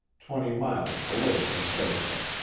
twenty miles below tascosa.